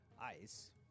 ice